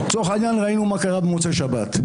ראינו מה קרה במוצאי שבת.